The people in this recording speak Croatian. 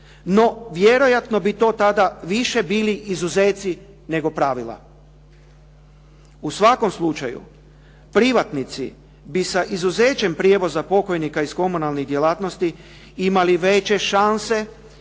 No, vjerojatno bi to tada više bili izuzeci nego pravila. U svakom slučaju, privatnici bi sa izuzećem prijevoza pokojnika iz komunalnih djelatnosti imali veće šanse